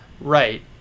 Right